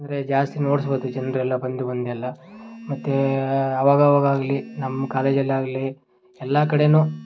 ಅಂದರೆ ಜಾಸ್ತಿ ನೋಡಿಸ್ಬೋದು ಜನರೆಲ್ಲ ಬಂದು ಬಂದು ಎಲ್ಲ ಮತ್ತೆ ಅವಾಗವಾಗಾಗಲೀ ನಮ್ಮ ಕಾಲೇಜಲ್ಲಿ ಆಗಲೀ ಎಲ್ಲ ಕಡೆಯೂ